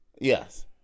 Yes